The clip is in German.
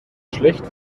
schlecht